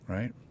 Right